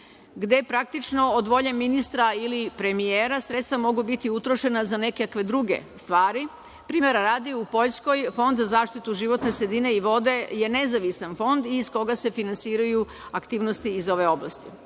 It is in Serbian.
gde praktično od volje ministra ili premijera sredstva mogu biti utrošena za nekakve druge stvari. Primera radi, u Poljskoj Fond za zaštitu životne sredine i vode je nezavisan fond iz koga se finansiraju aktivnosti iz ove oblasti.